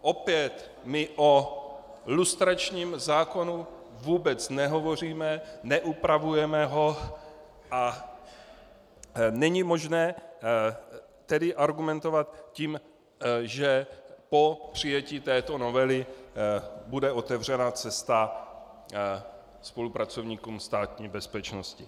Opět, my o lustračním zákonu vůbec nehovoříme, neupravujeme ho a není možné tedy argumentovat tím, že po přijetí této novely bude otevřena cesta spolupracovníkům Státní bezpečnosti.